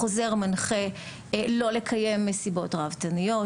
החוזר מנחה לא לקיים מסיבות ראוותניות,